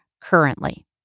currently